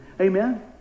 Amen